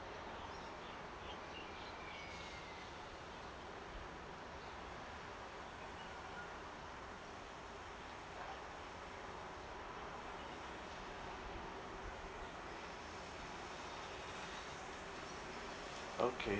okay